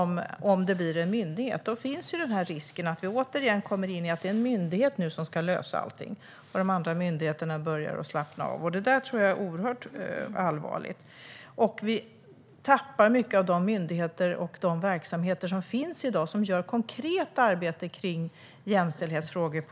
Med en enda myndighet finns en risk att man tänker att det är den och inga andra som ska lösa allting, och andra myndigheter börjar slappna av vilket vore allvarligt. Vi skulle även tappa många av de myndigheter och de verksamheter som finns i dag och som på olika sätt utför ett konkret arbete med jämställdhetsfrågor.